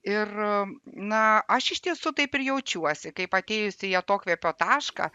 ir na aš iš tiesų taip ir jaučiuosi kaip atėjus į atokvėpio tašką